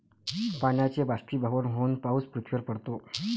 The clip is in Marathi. पाण्याचे बाष्पीभवन होऊन पाऊस पृथ्वीवर पडतो